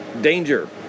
danger